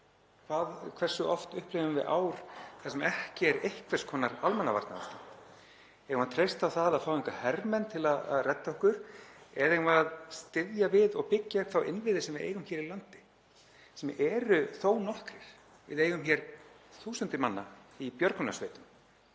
Hversu oft upplifum við ár þar sem ekki er einhvers konar almannavarnaástand? Eigum við að treysta á það að fá hingað hermenn til að redda okkur eða eigum við að styðja við og byggja upp þá innviði sem við eigum hér í landi, sem eru þó nokkrir? Við eigum hér þúsundir manna í björgunarsveitum